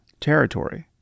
territory